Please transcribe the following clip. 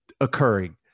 occurring